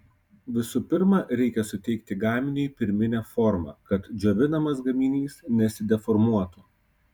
visų pirma reikia suteikti gaminiui pirminę formą kad džiovinamas gaminys nesideformuotų